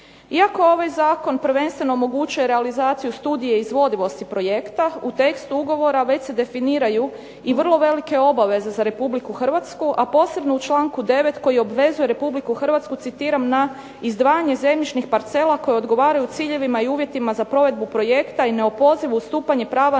Iako ovaj zakon prvenstveno omogućuje realizaciju studije izvodivosti projekta, u tekstu ugovora već se definiraju i vrlo velike obveze za Republiku Hrvatsku, a posebno u članku 9. koji obvezuje Republiku Hrvatsku, citiram: "na izdvajanje zemljišnih parcela koje odgovaraju ciljevima i uvjetima za provedbu projekta i neopozivo ustupanje prava